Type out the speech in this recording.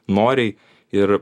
noriai ir